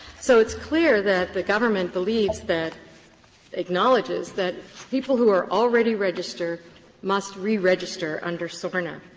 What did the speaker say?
so it's clear that the government believes that acknowledges that people who are already registered must reregister under sorna.